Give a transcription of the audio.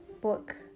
book